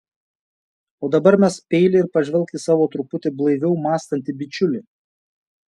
o dabar mesk peilį ir pažvelk į savo truputį blaiviau mąstantį bičiulį